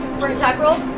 for an attack roll?